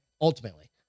Ultimately